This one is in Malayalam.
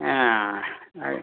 ആ അത്